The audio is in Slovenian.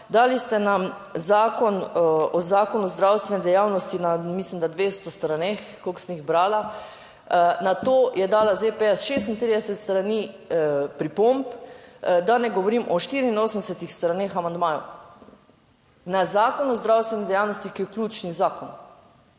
Dali ste nam Zakon o Zakonu o zdravstveni dejavnosti na, mislim, da 200 straneh, koliko sem jih brala, na to je dala ZPS 36 strani pripomb, da ne govorim o 84. Straneh amandmajev na Zakon o zdravstveni dejavnosti, ki je ključni zakon.